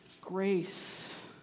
grace